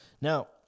Now